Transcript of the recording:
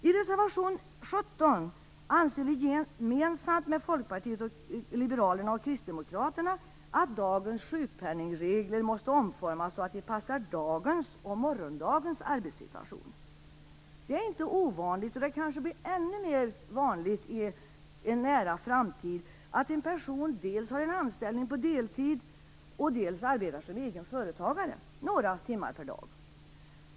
I reservation 17 anser vi, gemensamt med Folkpartiet liberalerna och Kristdemokraterna, att dagens sjukpenningregler måste omformas så att de passar dagens och morgondagens arbetssituation. Det är inte ovanligt - och det kanske blir ännu mer vanligt i en nära framtid - att en person dels har en anställning på deltid, dels arbetar som egen företagare några timmar per dag.